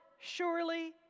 Surely